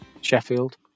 sheffield